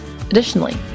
Additionally